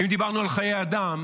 אם דיברנו על חיי אדם,